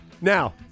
Now